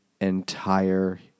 entire